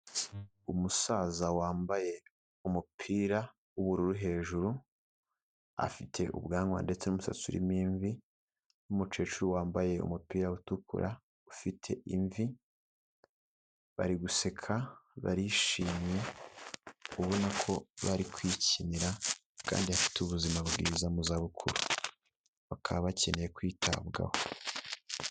Umusaza wambaye umupira w'ubururu hejuru, afite ubwanwa ndetse n'umusatsi urimo imvi n'umukecuru wambaye umupira utukura ufite imvi, bari guseka barishimye ubona ko bari kwikinira kandi bafite ubuzima bwiza mu zabukuru, bakaba bakeneye kwitabwaho.